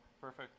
Perfect